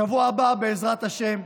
בשבוע הבא, בעזרת השם,